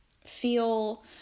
feel